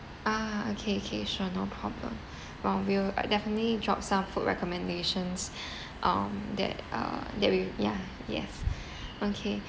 ah okay okay sure no problem while we'll definitely drop some food recommendations um that uh that we ya yes okay